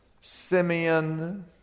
Simeon